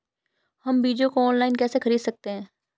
हम बीजों को ऑनलाइन कैसे खरीद सकते हैं?